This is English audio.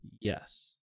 Yes